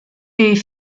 est